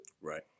Right